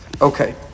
Okay